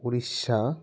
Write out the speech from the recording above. Orissa